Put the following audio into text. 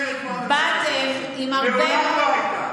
באתם עם הרבה מאוד הבטחות,